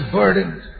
burdened